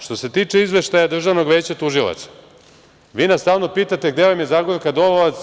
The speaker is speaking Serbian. Što se tiče Izveštaja Državnog veća tužilaca, vi nas stalno pitate – gde nam je Zagorka Dolovac?